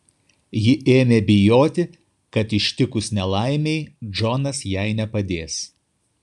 ji ėmė bijoti kad ištikus nelaimei džonas jai nepadės